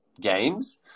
games